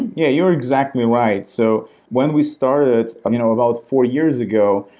yeah you're exactly right. so when we started um you know about four years ago,